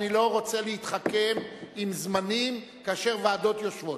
אני לא רוצה להתחכם עם זמנים כאשר ועדות יושבות.